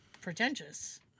pretentious